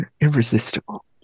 irresistible